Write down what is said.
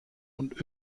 und